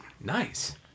Nice